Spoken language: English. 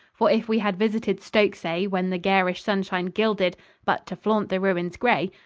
for if we had visited stokesay when the garish sunshine gilded but to flaunt the ruins gray,